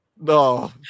no